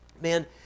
man